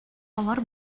алар